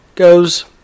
goes